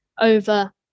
over